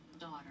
daughter